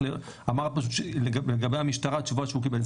אמרת פשוט לגבי המשטרה, התשובה שהוא קיבל.